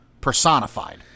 personified